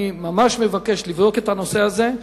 אני ממש מבקש לבדוק את הנושא הזה,